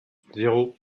zéro